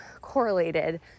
correlated